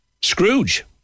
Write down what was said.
Scrooge